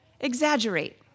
exaggerate